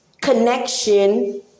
connection